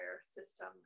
system